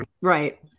Right